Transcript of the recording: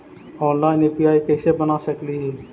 Online UPI कैसे बना सकली ही?